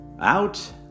Out